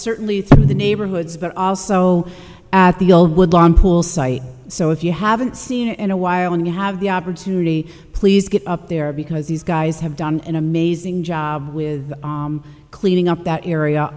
certainly in the neighborhoods but also at the old woodlawn pool site so if you haven't seen it in a while and you have the opportunity please get up there because these guys have done an amazing job with cleaning up that area